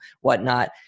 whatnot